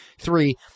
Three